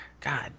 God